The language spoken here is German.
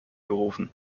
gerufen